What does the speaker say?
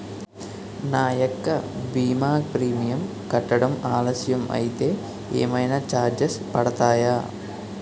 నా యెక్క భీమా ప్రీమియం కట్టడం ఆలస్యం అయితే ఏమైనా చార్జెస్ పడతాయా?